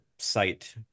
Site